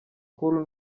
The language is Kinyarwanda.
cool